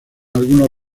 algunos